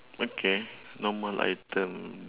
okay normal item